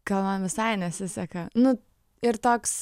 gal man visai nesiseka nu ir toks